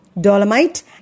dolomite